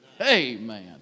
Amen